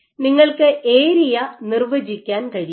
അതിനാൽ നിങ്ങൾക്ക് ഏരിയ നിർവചിക്കാൻ കഴിയും